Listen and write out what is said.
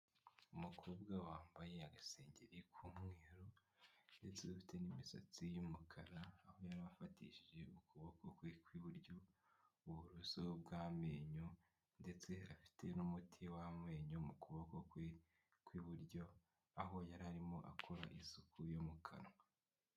Umukobwa wambaye agasengeri k'umweru, ndetse ufite n'imisatsi y'umukara, aho yari afatishije ukuboko kwe kw'iburyo, uburoso bw'amenyo, ndetse afite n'umuti w'amenyo, mu kuboko kwe kw'iburyo, aho yari arimo akora isuku yo mu kanwa.